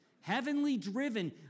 Heavenly-driven